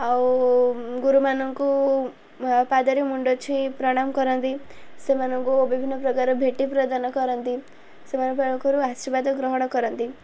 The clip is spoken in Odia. ଆଉ ଗୁରୁମାନଙ୍କୁ ପାଦରେ ମୁଣ୍ଡ ଛୁଇଁ ପ୍ରଣାମ କରନ୍ତି ସେମାନଙ୍କୁ ବିଭିନ୍ନ ପ୍ରକାର ଭେଟି ପ୍ରଦାନ କରନ୍ତି ସେମାନଙ୍କ ପାଖରୁ ଆଶୀର୍ବାଦ ଗ୍ରହଣ କରନ୍ତି